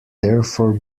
therefore